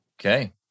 Okay